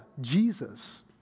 Jesus